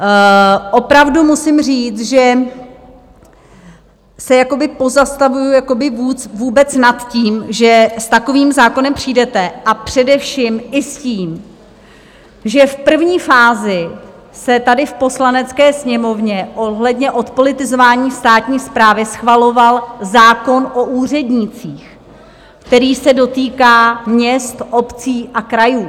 A opravdu musím říct, že se jakoby pozastavuji vůbec nad tím, že s takovým zákonem přijdete, a především i s tím, že v první fázi se tady v Poslanecké sněmovně ohledně odpolitizování státní správy schvaloval zákon o úřednících, který se dotýká měst, obcí a krajů.